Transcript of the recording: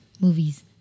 movies